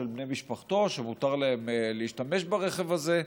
של בני משפחתו, שמותר להם להשתמש ברכב הזה,